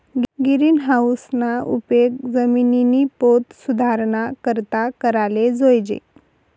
गिरीनहाऊसना उपेग जिमिननी पोत सुधाराना करता कराले जोयजे